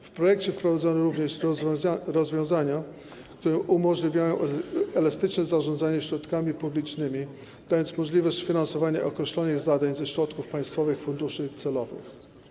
W projekcie wprowadzono również rozwiązania, które umożliwiają elastyczne zarządzanie środkami publicznymi, dając możliwość sfinansowania określonych zadań ze środków państwowych funduszy celowych.